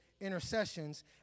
intercessions